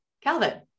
Calvin